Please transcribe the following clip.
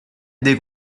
dei